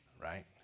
Right